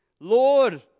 Lord